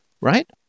right